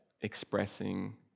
expressing